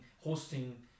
hosting